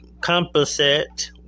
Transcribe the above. composite